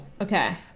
Okay